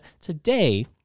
today